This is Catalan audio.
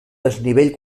desnivell